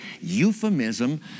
euphemism